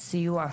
סיוע,